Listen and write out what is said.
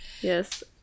Yes